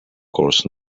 course